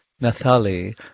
Nathalie